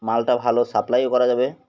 মালটা ভালো সাপ্লাইও করা যাবে